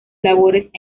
labores